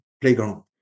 playground